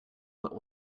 what